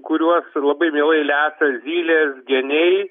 kuriuos labai mielai lesa zylės geniai